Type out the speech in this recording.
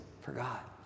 Forgot